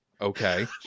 Okay